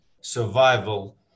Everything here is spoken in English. survival